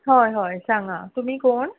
हय हय सांगा तुमी कोण